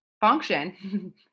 function